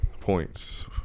points